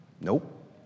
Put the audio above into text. Nope